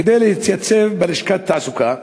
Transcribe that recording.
כדי להתייצב בלשכת התעסוקה,